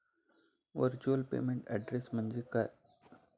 Virtual payment address म्हणजे काय?